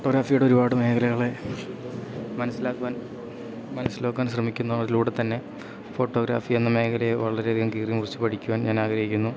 ഫോട്ടോഗ്രാഫിയുടെ ഒരുപാട് മേഖലകളെ മനസ്സിലാക്കുവാൻ മനസ്സിലാക്കുവാൻ ശ്രമിക്കുന്നു അതിലൂടെ തന്നെ ഫോട്ടോഗ്രാഫി എന്ന മേഖലയെ വളരെയധികം കീറി മുറിച്ച് പഠിക്കുവാൻ ഞാനാഗ്രഹിക്കുന്നു